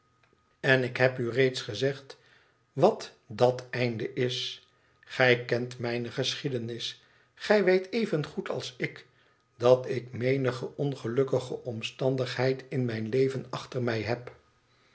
en ik heb u reeds gezegd wat dat einde is gij kent mijne geschiedenis gij weet evengoed als ik dat ik menige ongelukkige omstandigheid in mijn leven achter mij heb